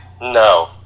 no